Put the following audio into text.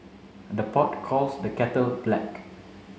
the pot calls the kettle black